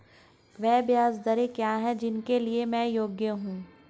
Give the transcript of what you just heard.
वे ब्याज दरें क्या हैं जिनके लिए मैं योग्य हूँ?